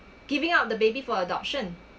giving up the baby for adoption